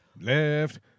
Left